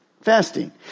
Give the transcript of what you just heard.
Fasting